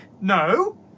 No